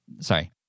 sorry